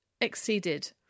exceeded